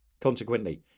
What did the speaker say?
Consequently